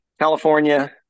California